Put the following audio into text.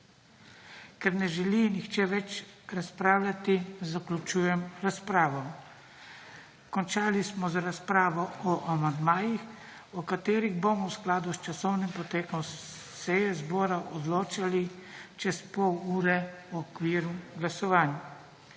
Ker ne želi nihče več razpravljati, zaključujem razpravo. Končali smo z razpravo o amandmajih, o katerih bomo v skladu s časovnim potekom seje zbora odločali čez pol ure v okviru glasovanj.